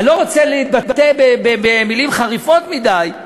אני לא רוצה להתבטא במילים חריפות מדי,